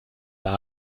mehr